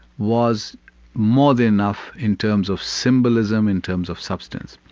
was more than enough in terms of symbolism, in terms of substance.